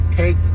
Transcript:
take